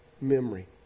memory